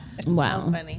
Wow